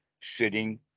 sitting